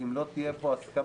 אם לא תהיה פה הסכמה.